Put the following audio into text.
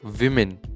women